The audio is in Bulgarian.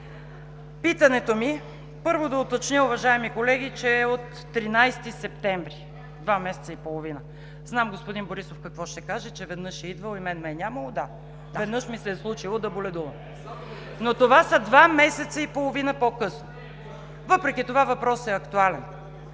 питането ми е, първо да уточня, уважаеми колеги, че е от 13 септември – два месеца и половина. Знам господин Борисов какво ще каже, че веднъж е идвал и мен ме е нямало. Да, веднъж ми се е случило да боледувам. (Реплика от ГЕРБ: „Само веднъж!“) Но това са два месеца и половина по-късно. Въпреки това въпросът е актуален,